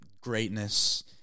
greatness